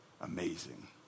Amazing